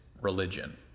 religion